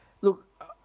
Look